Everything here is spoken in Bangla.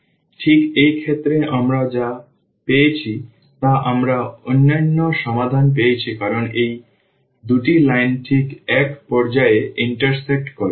সুতরাং ঠিক এই ক্ষেত্রে আমরা যা পেয়েছি তা আমরা অনন্য সমাধান পেয়েছি কারণ এই দুটি লাইন ঠিক এক পর্যায়ে ইন্টারসেক্ট করে